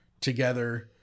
together